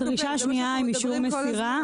ודרישה שנייה עם אישור מסירה.